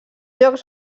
jocs